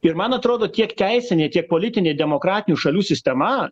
ir man atrodo tiek teisinė tiek politinė demokratinių šalių sistema